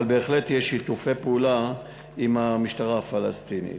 אבל בהחלט יש שיתופי פעולה עם המשטרה הפלסטינית.